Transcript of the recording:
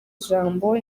ijambo